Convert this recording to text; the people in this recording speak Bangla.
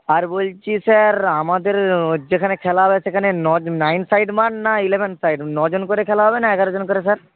আর বলছি স্যার আমাদের যেখানে খেলা হবে সেখানে নাইন সাইড মাঠ না ইলেভেন সাইড নজন করে খেলা হবে না এগারো জন করে স্যার